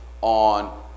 on